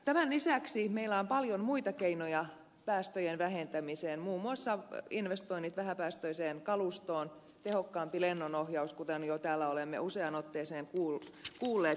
tämän lisäksi meillä on paljon muita keinoja päästöjen vähentämiseen muun muassa investoinnit vähäpäästöiseen kalustoon tehokkaampi lennonohjaus kuten jo täällä olemme useaan otteeseen kuulleet